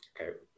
Okay